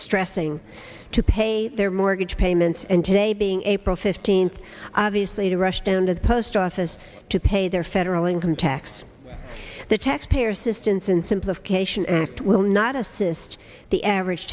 stressing to pay their mortgage payments and today being april fifteenth obviously to rush down to the post office to pay their federal income tax the taxpayer assistance and simplification act will not assist the average